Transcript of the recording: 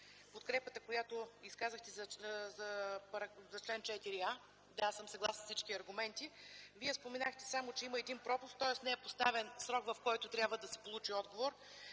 подкрепата, която изказахте за чл. 4а. Да, съгласна съм с всички аргументи. Вие споменахте само, че има един пропуск, тоест не е поставен срок, в който трябва да се получи отговор.